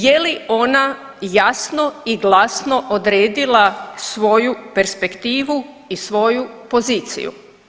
Je li ona jasno i glasno odredila svoju perspektivu i svoju poziciju?